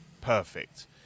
perfect